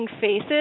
faces